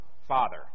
father